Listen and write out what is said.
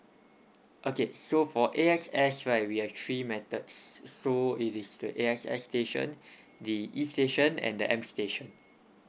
okay so for A_X_S right we have three methods so it is the A_X_S station the E station and the M station